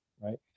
right